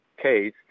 case